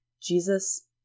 Jesus